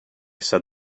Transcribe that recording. said